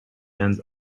end